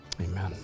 amen